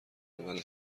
اول